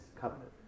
covenant